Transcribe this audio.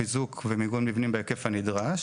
חיזוק ומיגון מבנים בהיקף הנדרש